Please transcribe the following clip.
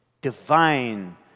Divine